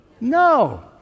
No